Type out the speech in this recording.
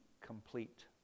complete